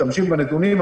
משתמשים בנתונים.